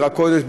עיר הקודש,